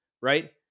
right